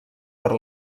per